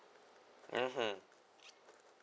mmhmm